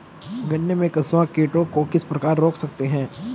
गन्ने में कंसुआ कीटों को किस प्रकार रोक सकते हैं?